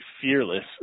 fearless